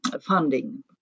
funding